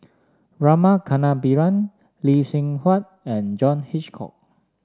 Rama Kannabiran Lee Seng Huat and John Hitchcock